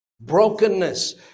Brokenness